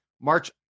March